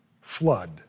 Flood